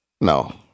No